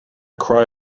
cry